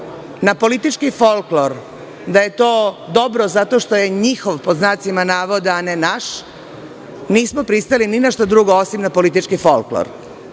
na politički folklor da je to dobro zato što je „njihov“, a ne naš, nismo pristali ni na šta drugo, osim na politički folklor,